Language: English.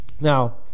Now